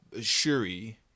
Shuri